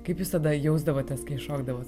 kaip jūs tada jausdavotės kai šokdavot